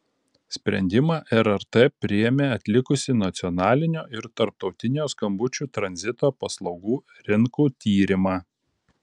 sprendimą rrt priėmė atlikusi nacionalinio ir tarptautinio skambučių tranzito paslaugų rinkų tyrimą